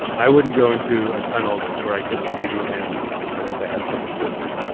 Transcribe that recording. i wouldn't go into a tunnel where i couldn't see the end unless i had someone with me.